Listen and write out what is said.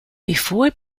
before